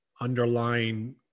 underlying